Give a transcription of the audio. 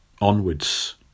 onwards